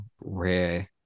rare